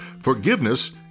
Forgiveness